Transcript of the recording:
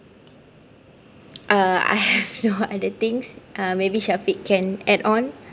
uh I have no other things uh maybe shafiq can add on